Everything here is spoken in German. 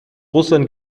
russland